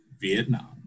Vietnam